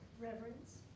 Reverence